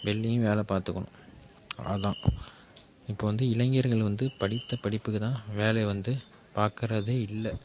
வெளிலியும் வேலைப்பார்த்துக்குணும் அதுதான் இப்போ வந்து இளைஞர்கள் வந்து படித்த படிப்புக்குதான் வேலை வந்து பார்க்குறதே இல்லை